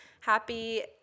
Happy